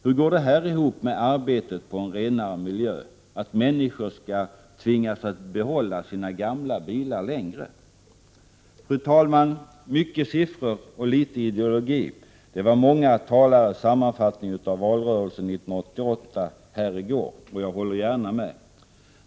Hur går detta, att människor skall tvingas behålla sina gamla bilar längre, ihop med arbetet för en renare miljö? Fru talman! Mycket siffror och litet ideologi — det var i går många talares sammanfattning av valrörelsen 1988. Jag håller gärna med.